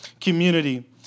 community